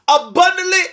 abundantly